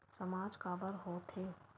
सामाज काबर हो थे?